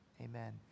Amen